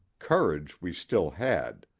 courage we still had,